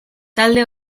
talde